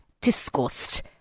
disgust